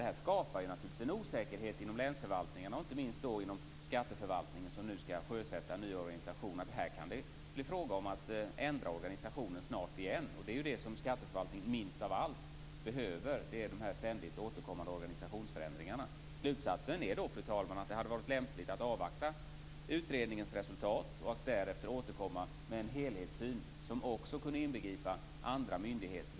Det skapar naturligtvis en osäkerhet inom länsförvaltningarna, och inte minst inom skatteförvaltningen som nu skall sjösätta en ny organisation, om det kan bli fråga om att ändra organisationen igen. Vad skatteförvaltningen minst av allt behöver nu är de ständigt återkommande organisationsförändringarna. Slutsatsen är då, fru talman, att det hade varit lämpligt att avvakta utredningens resultat och att därefter återkomma med en helhetssyn, som också kunde inbegripa andra myndigheter.